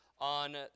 on